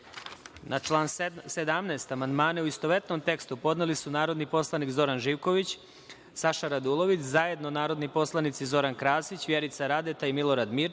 član 17. amandmane u istovetnom tekstu podneli su narodni poslanici Zoran Živković, Saša Radulović, zajedno narodni poslanici Zoran Krasić, Vjerica Radeta i Milorad Mirčić